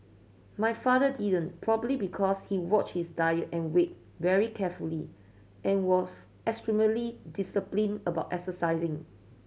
my father didn't probably because he watched his diet and weight very carefully and was extremely disciplined about exercising